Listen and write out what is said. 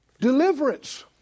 Deliverance